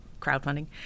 crowdfunding